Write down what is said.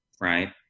Right